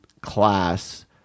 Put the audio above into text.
class